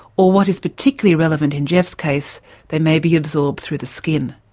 or what is particularly relevant in geoff's case they may be absorbed through the skin.